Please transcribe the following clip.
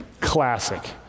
classic